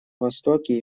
востоке